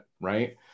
right